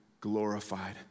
glorified